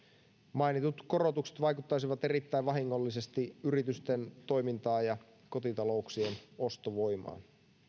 mainitut korotukset vaikuttaisivat erittäin vahingollisesti yritysten toimintaan ja kotitalouksien ostovoimaan